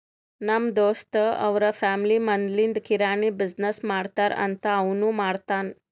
ನಮ್ ದೋಸ್ತ್ ಅವ್ರ ಫ್ಯಾಮಿಲಿ ಮದ್ಲಿಂದ್ ಕಿರಾಣಿ ಬಿಸಿನ್ನೆಸ್ ಮಾಡ್ತಾರ್ ಅಂತ್ ಅವನೂ ಮಾಡ್ತಾನ್